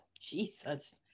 jesus